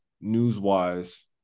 news-wise